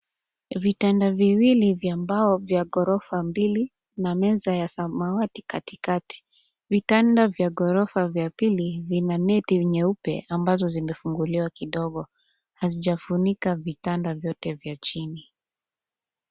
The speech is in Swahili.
Vitanda viwili vya mbao vya gorofa mbili na meza ya samawati katikati. Vitanda vya gorofa vya pili vina neti nyeupe ambazo zimefunguliwa kidogo, hazijafunika vitanda vyote vya chini.